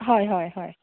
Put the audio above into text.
हय हय